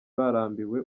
barambiwe